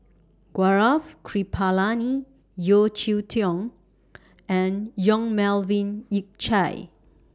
Gaurav Kripalani Yeo Cheow Tong and Yong Melvin Yik Chye